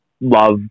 love